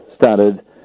started